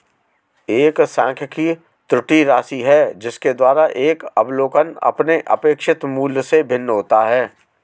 एक सांख्यिकी त्रुटि राशि है जिसके द्वारा एक अवलोकन अपने अपेक्षित मूल्य से भिन्न होता है